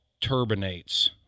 turbinates